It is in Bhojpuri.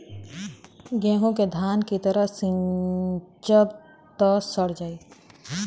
गेंहू के धान की तरह सींचब त सड़ जाई